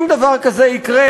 אם דבר כזה יקרה,